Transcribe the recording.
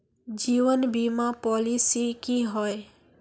जीवन बीमा पॉलिसी की होय?